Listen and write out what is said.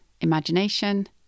imagination